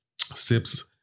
Sip's